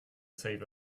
save